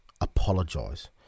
apologise